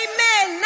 Amen